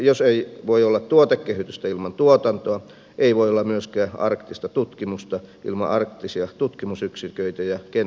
jos ei voi olla tuotekehitystä ilman tuotantoa ei voi olla myöskään arktista tutkimusta ilman arktisia tutkimusyksiköitä ja kenttäasemia